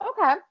Okay